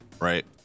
right